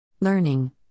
Learning